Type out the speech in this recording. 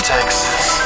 Texas